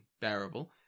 bearable